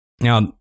Now